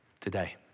today